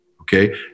okay